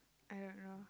I don't know